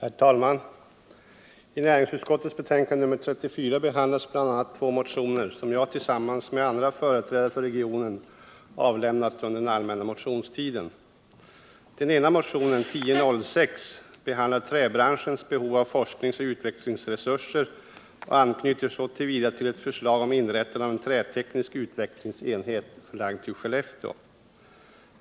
Herr talman! I näringsutskottets betänkande nr 34 behandlas bl.a. två motioner, som jag tillsammans med andra företrädare för regionen avlämnat under den allmänna motionstiden. Den ena motionen, 1978/79:1006, behandlar träbranschens behov av forskningsoch utvecklingsresurser och anknyter så till vida till ett förslag om inrättande av en träteknisk utvecklingsenhet, förlagd till Skellefteå.